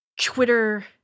Twitter